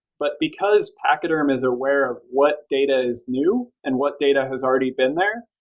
but because pachyderm is aware of what data is new and what data has already been there,